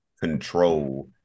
control